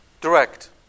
Direct